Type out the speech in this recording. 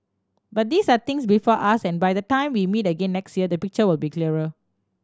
but these are things before us and by the time we meet again next year the picture will be clearer